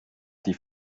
die